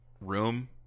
room